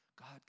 God